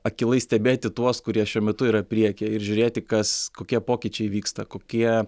akylai stebėti tuos kurie šiuo metu yra priekyje ir žiūrėti kas kokie pokyčiai vyksta kokie